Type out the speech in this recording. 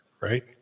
right